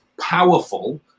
powerful